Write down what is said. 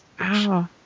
Wow